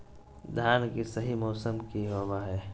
धान के सही मौसम की होवय हैय?